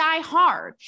diehard